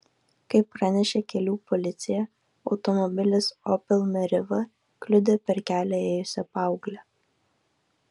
kaip pranešė kelių policija automobilis opel meriva kliudė per kelią ėjusią paauglę